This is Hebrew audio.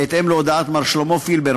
בהתאם להודעת מר שלמה פילבר,